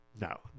No